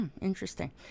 interesting